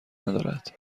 ندارد